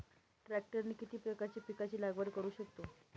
ट्रॅक्टरने किती प्रकारच्या पिकाची लागवड करु शकतो?